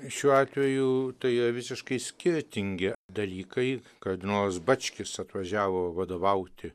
šiuo atveju tai yra visiškai skirtingi dalykai kardinolas bačkis atvažiavo vadovauti